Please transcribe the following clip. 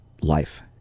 life